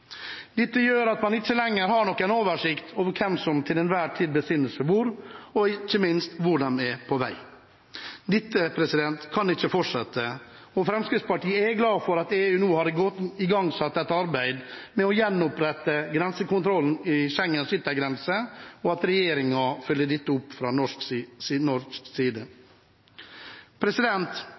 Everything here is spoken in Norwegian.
Dette gjør at man ikke lenger har noen oversikt over hvem som til enhver tid befinner seg hvor – og, ikke minst, hvor de er på vei. Dette kan ikke fortsette. Fremskrittspartiet er glad for at EU nå har igangsatt et arbeid med å gjenopprette grensekontrollen i Schengens yttergrense, og at regjeringen følger dette opp fra norsk side.